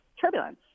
turbulence